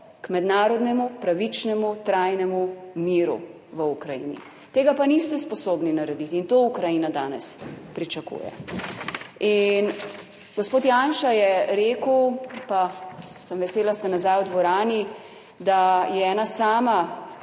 k mednarodnemu pravičnemu, trajnemu miru v Ukrajini, tega pa niste sposobni narediti. In to Ukrajina danes pričakuje. In gospod Janša je rekel, pa sem vesela, ste nazaj v dvorani, da je ena sama